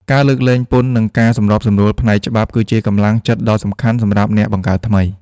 ការលើកលែងពន្ធ និងការសម្របសម្រួលផ្នែកច្បាប់គឺជាកម្លាំងចិត្តដ៏សំខាន់សម្រាប់អ្នកបង្កើតថ្មី។